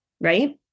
right